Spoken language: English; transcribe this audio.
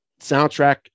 soundtrack